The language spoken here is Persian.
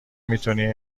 میتونی